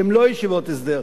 שהן לא ישיבות הסדר,